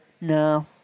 No